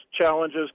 challenges